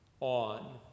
on